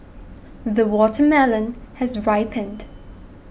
the watermelon has ripened